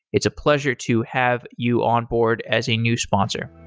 it's a pleasure to have you onboard as a new sponsor